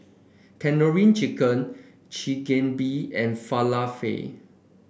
Tandoori Chicken Chigenabe and Falafel